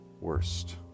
worst